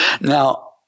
Now